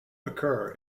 occur